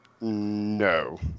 No